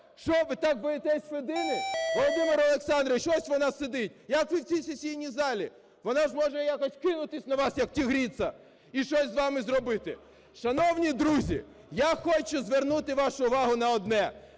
Що, ви так боїтеся Федини? Володимир Олександрович, ось вона сидить. Як ви в цій сесійній залі? Вона ж може якось кинутись на вас, як тигриця, і щось з вами зробити. Шановні друзі, я хочу звернути вашу увагу на одне.